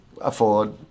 afford